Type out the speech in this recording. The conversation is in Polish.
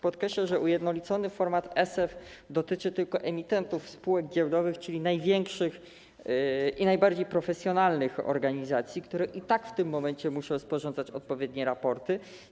Podkreślę, że ujednolicony format ESEF dotyczy tylko emitentów spółek giełdowych, czyli największych i najbardziej profesjonalnych organizacji, które i tak w tym momencie muszą sporządzać odpowiednie raporty.